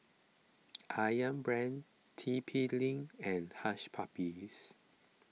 Ayam Brand T P Link and Hush Puppies